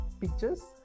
pictures